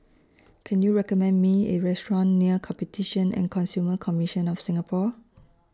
Can YOU recommend Me A Restaurant near Competition and Consumer Commission of Singapore